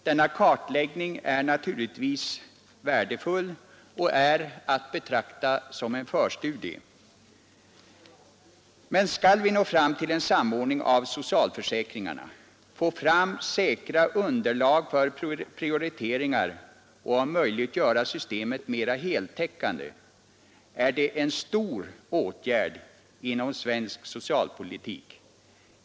Denna kartläggning är naturligtvis värdefull och kan betraktas som en förstudie. Men att nå fram till en samordning av socialförsäkringarna, att få fram säkra underlag för prioriteringar och om möjligt göra systemet mera heltäckande, är en stor åtgärd inom svensk socialpolitik.